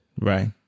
Right